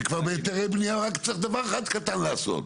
וכבר בהיתרי בנייה רק צריך דבר אחד קטן לעשות,